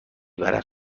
برات